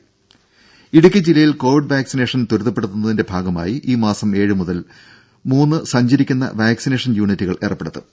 രുഭ ജില്ലയിൽ Covid vaccination Idukki ത്വരിതപ്പെടുത്തുന്നതിന്റെ ഭാഗമായി ഈ മാസം ഏഴ് മുതൽ മൂന്ന് സഞ്ചരിക്കുന്ന വാക്സിനേഷൻ യൂണിറ്റുകൾ ഏർപ്പെടുത്തും